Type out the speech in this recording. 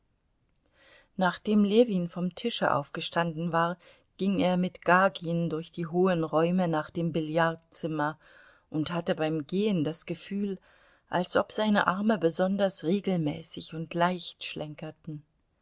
nachdem ljewin vom tische aufgestanden war ging er mit gagin durch die hohen räume nach dem billardzimmer und hatte beim gehen das gefühl als ob seine arme besonders regelmäßig und leicht schlenkerten